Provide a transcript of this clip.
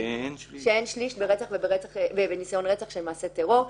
שאין שליש ברצח ובניסיון רצח של מעשה טרור.